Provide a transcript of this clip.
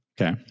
Okay